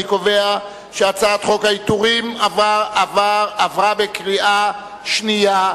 אני קובע שהצעת חוק העיטורים עברה בקריאה שנייה.